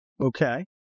Okay